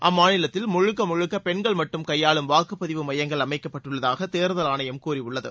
அம்மாநிலத்தில் முழுக்க முழுக்க பெண்கள் மட்டும் கையாளும் வாக்குப்பதிவு மையங்கள் அமைக்கப்பட்டுள்ளதாக தேர்தல் ஆணையம் கூறியுள்ளது